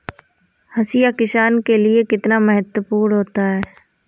हाशिया किसान के लिए कितना महत्वपूर्ण होता है?